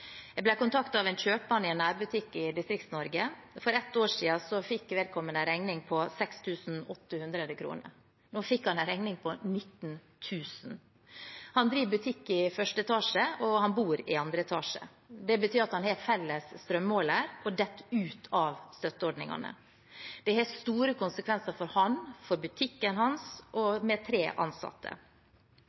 Jeg ble kontaktet av en kjøpmann i en nærbutikk i Distrikts-Norge. For et år siden fikk vedkommende en regning på 6 800 kr. Nå fikk han en regning på 19 000 kr. Han driver butikk i første etasje, og han bor i andre etasje. Det betyr at han har felles strømmåler – og faller ut av støtteordningene. Det har store konsekvenser for ham og for butikken hans med tre ansatte.